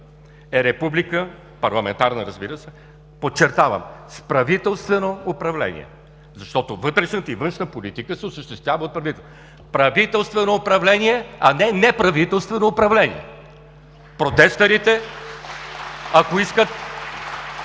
е Република, парламентарна, разбира се, подчертавам – с правителствено управление. Защото вътрешната и външната политика се осъществява от правителство. Правителствено управление, а не неправителствено управление! (Ръкопляскания